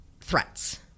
threats